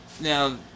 Now